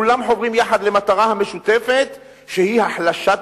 כולם חוברים יחד למטרה המשותפת שהיא החלשת